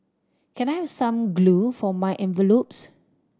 can I have some glue for my envelopes